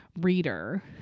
reader